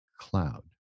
cloud